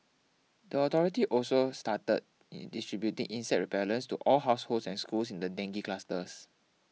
the authority also started distributing insect repellents to all households and schools in the dengue clusters